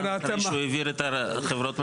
משום שהוא העביר את החברות הממשלתיות,